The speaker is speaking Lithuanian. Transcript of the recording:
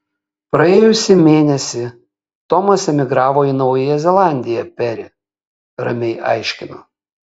praėjusį mėnesį tomas emigravo į naująją zelandiją peri ramiai aiškinu